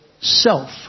self